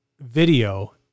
video